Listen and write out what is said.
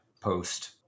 post